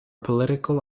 political